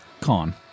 Con